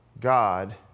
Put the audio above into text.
God